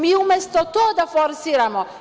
Mi umesto to da forsiramo…